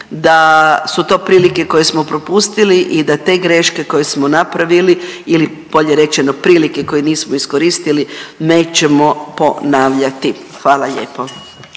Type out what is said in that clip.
da su to prilike koje smo propustili i da te greške koje smo napravili ili bolje rečeno, prilike koje nismo iskoristili, nećemo ponavljati. Hvala lijepo.